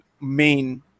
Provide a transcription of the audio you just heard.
main